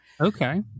Okay